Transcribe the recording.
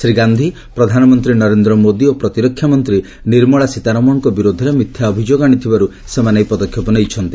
ଶ୍ରୀ ଗାନ୍ଧୀ ପ୍ରଧାନମନ୍ତ୍ରୀ ନରେନ୍ଦ୍ର ମୋଦୀ ଓ ପ୍ରତିରକ୍ଷା ମନ୍ତ୍ରୀ ନିର୍ମଳା ସୀତାରମଣଙ୍କ ବିରୋଧରେ ମିଥ୍ୟା ଅଭିଯୋଗ ଆଣିଥିବାରୁ ସେମାନେ ଏହି ପଦକ୍ଷେପ ନେଇଛନ୍ତି